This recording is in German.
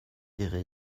ihre